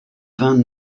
vingt